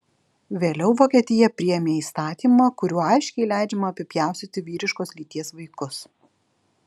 vėliau vokietija priėmė įstatymą kuriuo aiškiai leidžiama apipjaustyti vyriškos lyties vaikus